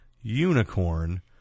unicorn